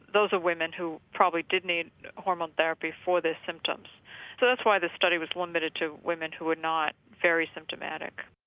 those are women who probably did need hormone therapy for their symptoms. so that's why the study was limited to women who were not very symptomatic.